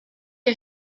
les